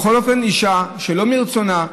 בכל אופן, היא אישה שלא מרצונה,